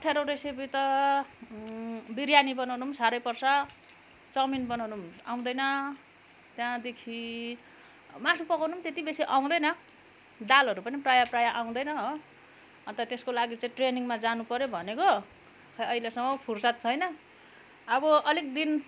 अप्ठ्यारो रेसिपी त बिर्यानी बनाउनु पनि साह्रै पर्छ चौमिन बनाउनु पनि आउँदैन त्यहाँदेखि मासु पकाउनु पनि त्यति बेसी आउँदैन दालहरू पनि प्रायः प्रायः आउँदैन हो अन्त त्यसको लागि चाहिँ ट्रेनिङमा जानुपऱ्यो भनेको खै अहिलेसम्म फूर्सत छैन अब अलिक दिन